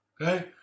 okay